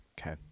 Okay